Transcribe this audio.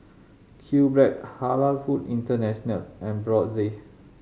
Q Bread Halal Foods International and Brotzeit